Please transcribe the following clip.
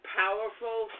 powerful